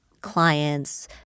clients